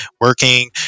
working